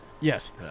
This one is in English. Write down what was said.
yes